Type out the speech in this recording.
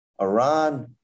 Iran